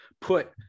put